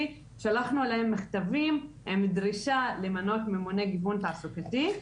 שלחנו אליהם מכתבים עם דרישה למנות ממונה גיוון תעסוקתי.